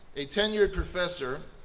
a tenured professor,